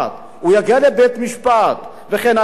הוא יגיע לבית-משפט וכן הלאה,